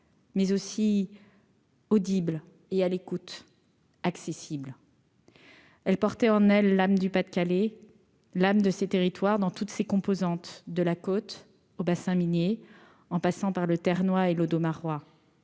mais aussi audible et à l'écoute, accessible, elle portait en elle l'âme du Pas-de-Calais, l'âme de ces territoires, dans toutes ses composantes de la côte au bassin minier en passant par le Ternois et l'Audomarois,